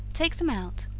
take them out,